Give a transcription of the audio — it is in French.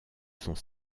sont